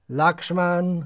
lakshman